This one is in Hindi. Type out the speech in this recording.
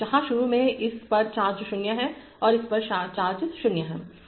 जहां शुरू में इस पर चार्ज 0 है और इस पर चार्ज 0 है